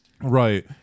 Right